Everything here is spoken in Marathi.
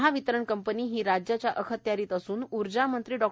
महावितरण कंपनी ही राज्याच्या अखत्यारित असून उर्जा मंत्री डॉ